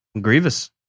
Grievous